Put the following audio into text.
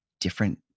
different